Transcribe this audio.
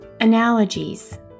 analogies